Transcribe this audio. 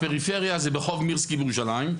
הפריפריה זה ברחוב מירסקי בירושלים,